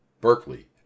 Berkeley